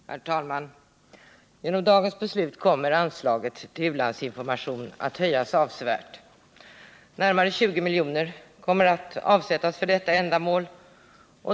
Herr talman! Genom dagens beslut kommer anslaget till u-landsinformation att höjas avsevärt. Närmare 20 miljoner kommer att avsättas för detta ändamål.